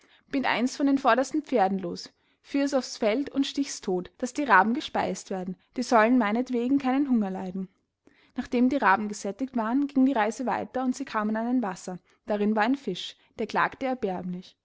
bind eins von den vordersten pferden los führ es aufs feld und stichs todt daß die raben gespeist werden die sollen meinetwegen keinen hunger leiden nachdem die raben gesättigt waren ging die reise weiter und sie kamen an ein wasser darin war ein fisch der klagte erbärmlich